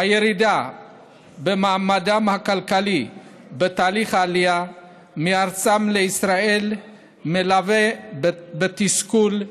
הירידה במעמדם הכלכלי בתהליך העלייה מארצם לישראל מלווה בתסכול,